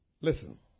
Listen